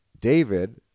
David